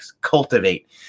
cultivate